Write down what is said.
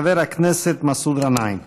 חבר הכנסת מסעוד גנאים.